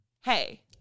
hey